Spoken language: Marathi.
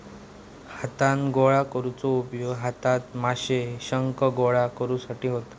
हातान गोळा करुचो उपयोग हातान माशे, शंख गोळा करुसाठी होता